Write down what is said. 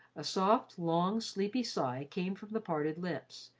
a soft, long, sleepy sigh came from the parted lips,